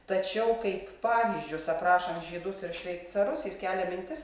tačiau kaip pavyzdžius aprašant žydus ir šveicarus jis kelia mintis